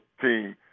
team